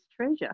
treasure